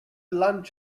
lunch